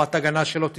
חומת הגנה שלא תצלח,